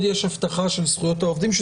זה מתיישב עם הרציונל הזה שאותו גוף נבחר הוא זה